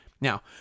Now